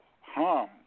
harm